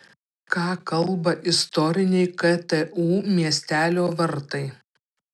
ką kalba istoriniai ktu miestelio vartai